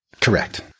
Correct